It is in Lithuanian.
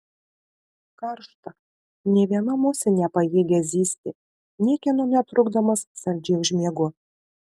karšta nė viena musė nepajėgia zyzti niekieno netrukdomas saldžiai užmiegu